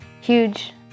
huge